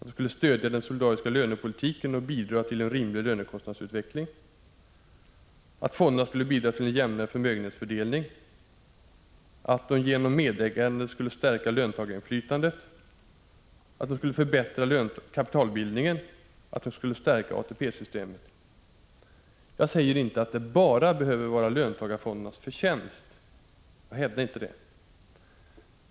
De skulle stödja den solidariska lönepolitiken och bidra till en rimligare lönekostnadsutveckling, bidra till en jämnare förmögenhetsfördelning och genom medägande stärka löntagarinflytandet, förbättra kapitalbildningen och stärka ATP-systemet. Jag säger inte att det bara behöver vara löntagarfondernas förtjänst. Jag hävdar inte det.